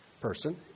person